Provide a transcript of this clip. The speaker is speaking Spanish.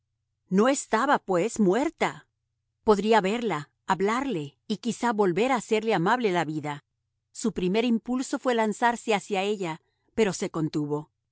no estaba pues muerta podría verla hablarle y quizá volver a hacerle amable la vida su primer impulso fue lanzarse hacia ella pero se contuvo